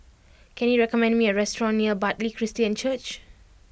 can you recommend me a restaurant near Bartley Christian Church